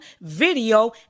video